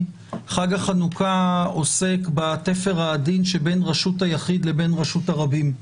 חג החנוכה עוסק בתפר העדין שבין רשות היחיד לבין רשות הרבים,